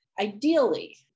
Ideally